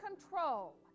control